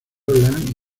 orleans